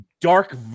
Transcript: dark